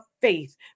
faith